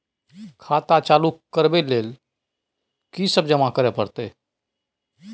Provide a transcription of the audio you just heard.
खाता चालू करबै लेल की सब जमा करै परतै?